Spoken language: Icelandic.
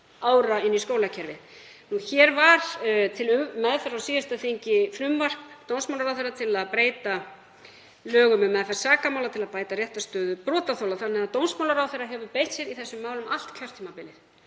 ára inn í skólakerfið. Hér var til meðferðar á síðasta þingi frumvarp dómsmálaráðherra til að breyta lögum um meðferð sakamála til að bæta réttarstöðu brotaþola, þannig að dómsmálaráðherra hefur beitt sér í þessum málum allt kjörtímabilið